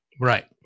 Right